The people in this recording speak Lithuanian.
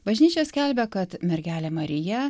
bažnyčia skelbia kad mergelė marija